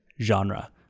genre